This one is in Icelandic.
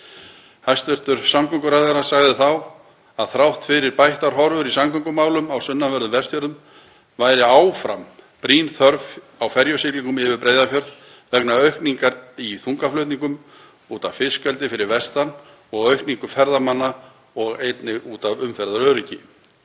Hæstv. samgönguráðherra sagði þá að þrátt fyrir bættar horfur í samgöngumálum á sunnanverðum Vestfjörðum væri áfram brýn þörf á ferjusiglingum yfir Breiðafjörð vegna aukningar í þungaflutningum út af fiskeldi fyrir vestan og fjölgun ferðamanna og einnig út af umferðaröryggi.